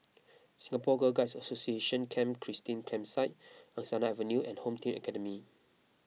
Singapore Girl Guides Association Camp Christine Campsite Angsana Avenue and Home Team Academy